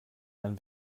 einen